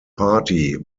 party